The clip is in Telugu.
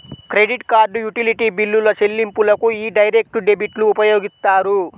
క్రెడిట్ కార్డ్, యుటిలిటీ బిల్లుల చెల్లింపులకు యీ డైరెక్ట్ డెబిట్లు ఉపయోగిత్తారు